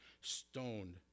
stoned